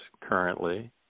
currently